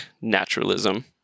naturalism